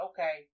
Okay